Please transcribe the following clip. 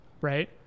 Right